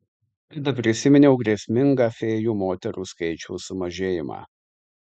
tada prisiminiau grėsmingą fėjų moterų skaičiaus sumažėjimą